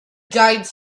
guides